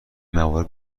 موارد